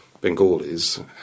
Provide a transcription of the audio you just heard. Bengalis